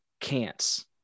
can'ts